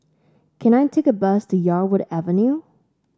can I take a bus to Yarwood Avenue